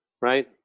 right